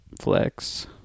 flex